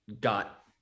got